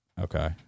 Okay